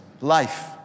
life